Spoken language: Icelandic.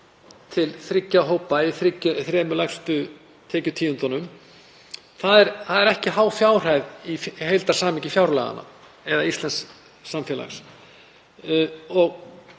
til þriggja hópa í þremur lægstu tekjutíundunum. Það er ekki há fjárhæð í heildarsamhengi fjárlaganna eða íslensks samfélags.